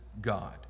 God